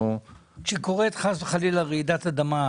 כשקורית חס וחלילה רעידת אדמה,